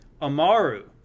Amaru